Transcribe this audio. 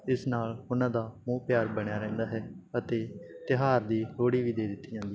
ਇਸ ਨਾਲ ਉਹਨਾਂ ਦਾ ਮੋਹ ਪਿਆਰ ਬਣਿਆ ਰਹਿੰਦਾ ਹੈ ਅਤੇ ਤਿਉਹਾਰ ਦੀ ਲ਼ੋਹੜੀ ਵੀ ਦੇ ਦਿੱਤੀ ਜਾਂਦੀ